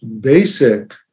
basic